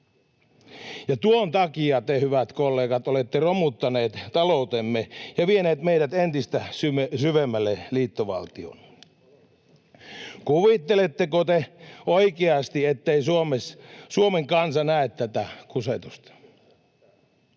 Ja tuon takia te, hyvät kollegat, olette romuttaneet taloutemme ja vieneet meidät entistä syvemmälle liittovaltioon. Kuvitteletteko te oikeasti, ettei Suomen kansa näe tätä kusetusta?